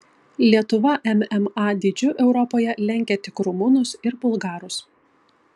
lietuva mma dydžiu europoje lenkia tik rumunus ir bulgarus